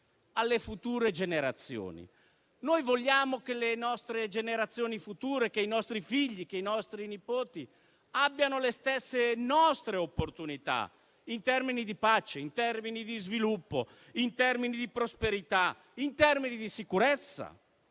alle future generazioni? Vogliamo che le nostre generazioni future, che i nostri figli, che i nostri nipoti abbiano le stesse nostre opportunità in termini di pace, di sviluppo, di prosperità e di sicurezza,